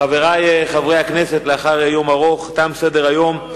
חברי חברי הכנסת, לאחר יום ארוך, תם סדר-היום.